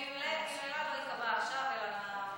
הרבה יותר כיף קריאות ביניים.